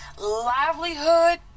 livelihood